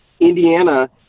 Indiana